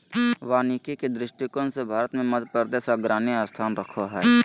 वानिकी के दृष्टिकोण से भारत मे मध्यप्रदेश अग्रणी स्थान रखो हय